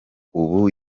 ubu